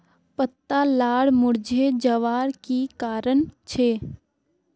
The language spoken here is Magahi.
पत्ता लार मुरझे जवार की कारण छे?